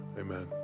Amen